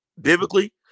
biblically